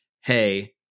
hey